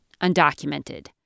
undocumented